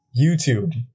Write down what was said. youtube